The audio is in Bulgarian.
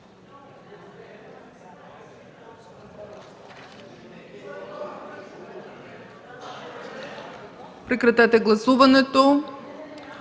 Прекратете гласуването,